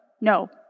no